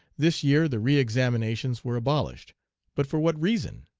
this year the re examinations were abolished but for what reason?